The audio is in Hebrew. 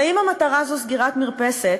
ואם המטרה זו סגירת מרפסת,